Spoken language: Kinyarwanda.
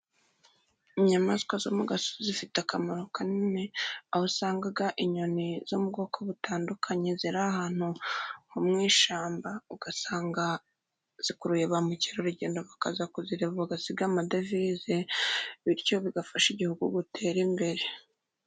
Inyamaswa zo mu gasozi zifite akamaro kanini, aho usanga inyoni zo mu bwoko butandukanye ziri ahantu ho mu ishyamba. Ugasanga zikuruye ba mukerarugendo bakaza kuzireba, bagasiga amadevize. Bityo bigafasha Igihugu gutera imbere.